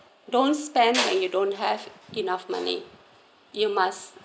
don't spend when don't have enough money you must